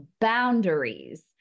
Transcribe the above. boundaries